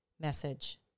message